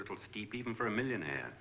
little steep even for a millionaire